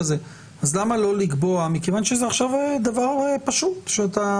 אבל למה לא לקבוע מכיוון שזה עכשיו דבר פשוט שאתה